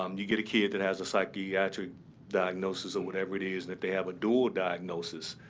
um you get a kid that has a psychiatric diagnosis or whatever it is, and if they have a dual diagnosis,